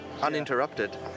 uninterrupted